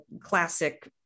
classic